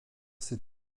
s’est